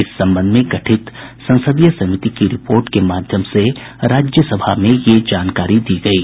इस संबंध में गठित संसदीय समिति की रिपोर्ट के माध्यम से राज्यसभा में यह जानकारी दी गयी